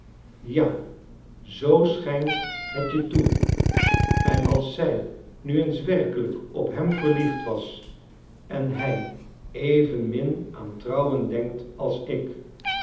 ja zoo schijnt het je toe en als zij nu eens werkelijk op hem verliefd was en hij evenmin aan trouwen denkt als ik